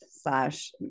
slash